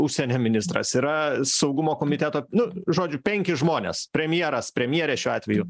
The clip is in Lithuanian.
užsienio ministras yra saugumo komiteto nu žodžiu penki žmonės premjeras premjerė šiuo atveju